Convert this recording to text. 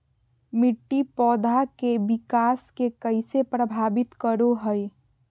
मिट्टी पौधा के विकास के कइसे प्रभावित करो हइ?